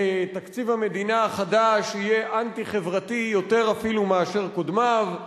תקציב המדינה החדש יהיה אנטי-חברתי יותר אפילו מאשר קודמיו.